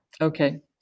Okay